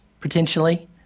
potentially